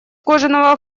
кожаного